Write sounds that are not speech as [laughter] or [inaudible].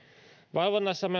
valvonnassamme [unintelligible]